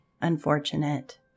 unfortunate